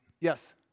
Yes